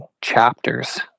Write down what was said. chapters